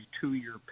two-year